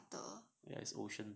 ocean butter